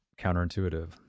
counterintuitive